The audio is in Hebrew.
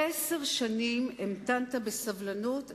עשר שנים המתנת בסבלנות,